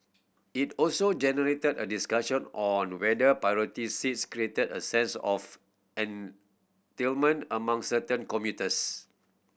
it also generated a discussion on whether priority seats created a sense of among certain commuters